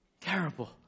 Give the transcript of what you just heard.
terrible